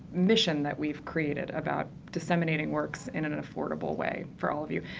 mission that we've created about disseminating works in an an affordable way for all of you.